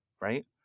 right